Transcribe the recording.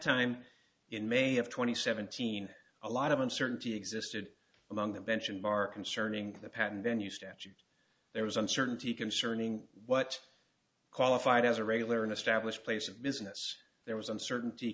time in may have twenty seventeen a lot of uncertainty existed among the bench and bar concerning the patent venue statute there was uncertainty concerning what qualified as a regular an established place of business there was uncertainty